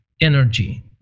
energy